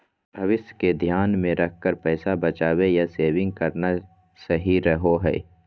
भविष्य के ध्यान मे रखकर पैसा बचावे या सेविंग करना सही रहो हय